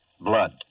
Blood